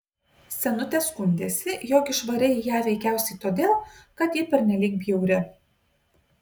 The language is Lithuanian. senutė skundėsi jog išvarei ją veikiausiai todėl kad ji pernelyg bjauri